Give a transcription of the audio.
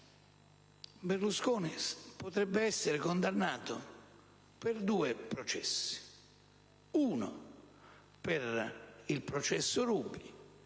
Berlusconi potrebbe essere condannato per due processi: uno è il processo Ruby,